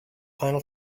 final